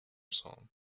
son